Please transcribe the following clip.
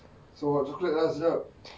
so hot chocolate ah sedap